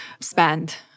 spend